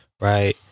right